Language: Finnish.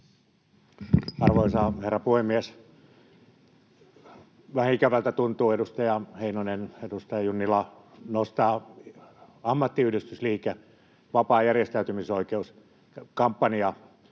Arvoisa herra puhemies! Vähän ikävältä tuntuu, edustaja Heinonen ja edustaja Junnila, nostaa ammattiyhdistysliike, vapaa järjestäytymisoikeus, kampanja-